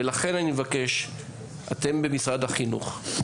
משרד החינוך,